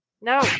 No